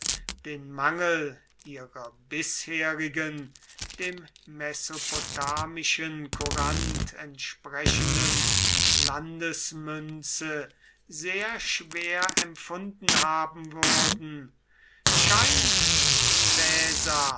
den mangel ihrer bisherigen dem mesopotamischen courant entsprechenden landesmünze sehr schwer empfunden haben würden scheint